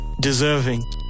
deserving